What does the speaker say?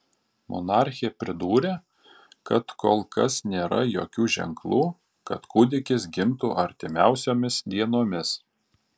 monarchė pridūrė kad kol kas nėra jokių ženklų kad kūdikis gimtų artimiausiomis dienomis